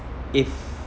if